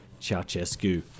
Ceausescu